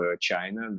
China